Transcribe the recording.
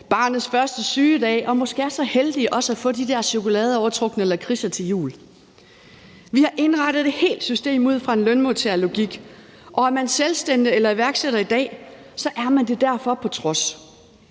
barnets første sygedag og måske er så heldige også at få de der chokoladeovertrukne lakridser til jul. Vi har indrettet et helt system ud fra en lønmodtagerlogik, og er man selvstændig eller iværksætter i dag, er man det derfor på trods.